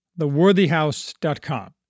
theworthyhouse.com